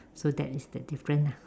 so that is the different lah